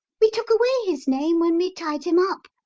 we took away his name when we tied him up,